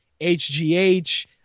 HGH